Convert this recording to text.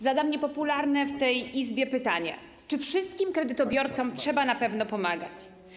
Zadam niepopularne w tej Izbie pytanie: Czy wszystkim kredytobiorcom trzeba na pewno pomagać?